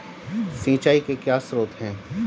सिंचाई के क्या स्रोत हैं?